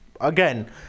again